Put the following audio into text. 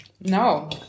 No